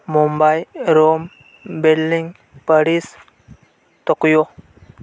Mumbai Rome Berlin Paris Tokyo